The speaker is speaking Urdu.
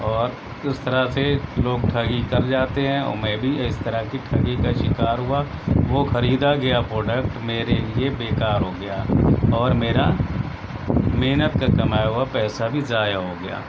اور اس طرح سے لوگ ٹھگی کر جاتے ہیں اور میں بھی اس طرح کی ٹھگی کا شکار ہوا وہ خریدا گیا پروڈکٹ میرے لیے بیکار ہوگیا اور میرا محنت کا کمایا ہوا پیسہ بھی ضائع ہوگیا